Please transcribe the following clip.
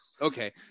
okay